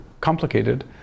complicated